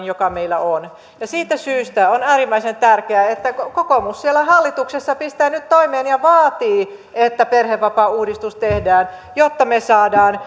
joka meillä on siitä syystä on äärimmäisen tärkeää että kokoomus siellä hallituksessa pistää nyt toimeen ja vaatii että perhevapaauudistus tehdään jotta me saamme